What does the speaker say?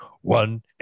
One